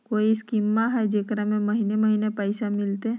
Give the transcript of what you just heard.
कोइ स्कीमा हय, जेकरा में महीने महीने पैसा मिलते?